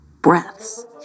breaths